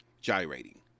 gyrating